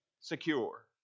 secure